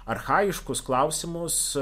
archaiškus klausimus